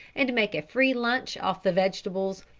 and make a free lunch off the vegetables,